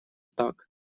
так